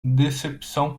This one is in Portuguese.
decepção